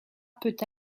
peut